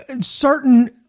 certain